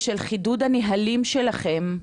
חידוד הנהלים שלכם,